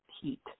heat